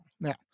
Now